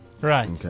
Right